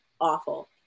awful